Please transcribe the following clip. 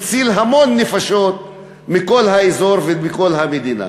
הציל המון נפשות מכל האזור ומכל המדינה.